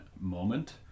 moment